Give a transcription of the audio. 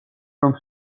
რომ